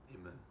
Amen